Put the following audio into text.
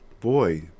boy